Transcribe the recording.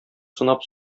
сынап